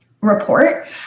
report